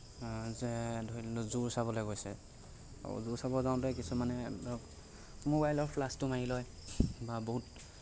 যে ধৰি লওঁক জু চাবলৈ গৈছে জু চাবলৈ যাওঁতে কিছুমানে ধৰি লওঁক মোবাইলৰ ফ্লাছটো মাৰি লয় বা বহুত